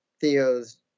theo's